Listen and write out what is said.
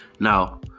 Now